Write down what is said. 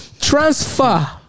transfer